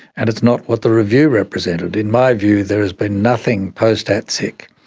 and it's not what the review represented. in my view there has been nothing, post-atsic,